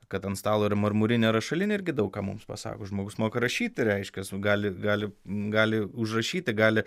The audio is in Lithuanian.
kad ant stalo yra marmurinė rašalinė irgi daug ką mums pasako žmogus moka rašyti reiškia gali gali gali užrašyti gali